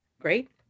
Great